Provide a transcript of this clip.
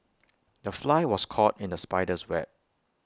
the fly was caught in the spider's web